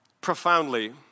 Profoundly